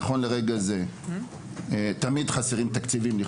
לכאורה, תמיד חסרים תקציבים.